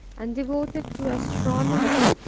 and devoted to astronomy,